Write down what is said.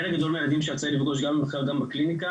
חלק גדול מהילדים שיצא לי לפגוש גם במחקר וגם בקליניקה,